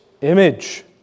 image